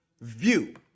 view